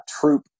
troop